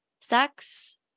sex